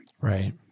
Right